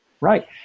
right